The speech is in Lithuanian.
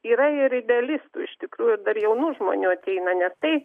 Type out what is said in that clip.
yra ir idealistų iš tikrųjų dar jaunų žmonių ateina ne taip